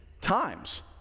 times